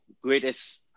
greatest